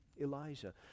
Elijah